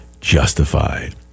justified